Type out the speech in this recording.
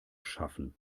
schaffen